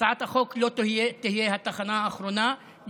הצעת החוק לא תהיה התחנה האחרונה,